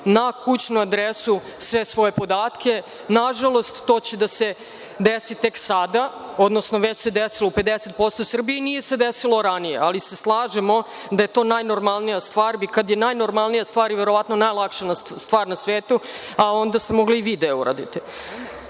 na kućnu adresu sve podatke. Nažalost, to će se desiti tek sada, odnosno već se dešava u 50% Srbije, nije se desilo ranije, ali se slažemo da je to najnormalnija stvar i kada je najnormalnija stvar i verovatno najlakša stvar na svetu, onda ste mogli i vi da je uradite. Što